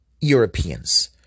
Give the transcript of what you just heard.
Europeans